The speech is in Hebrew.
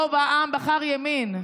רוב העם בחר ימין.